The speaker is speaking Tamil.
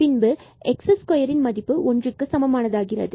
பின்பு இங்கு x2 is equal to 1 என்றாகிறது